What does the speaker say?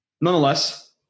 Nonetheless